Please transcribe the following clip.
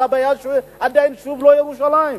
אבל הבעיה, שעדיין, שוב, לא ירושלים.